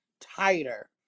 tighter